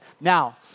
Now